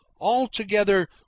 Altogether